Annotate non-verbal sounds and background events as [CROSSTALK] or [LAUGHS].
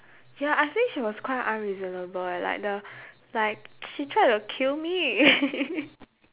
ya I think she was quite unreasonable eh like the like she tried to kill me [LAUGHS]